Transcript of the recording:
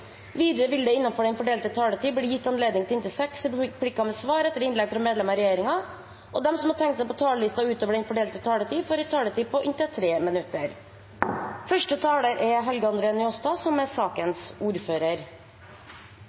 Vidare vil det – innanfor den fordelte taletida – verta gjeve anledning til tre replikkar med svar etter innlegg frå medlemer av regjeringa, og dei som måtte teikna seg på talarlista utover den fordelte taletida, får òg ei taletid på inntil